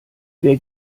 wer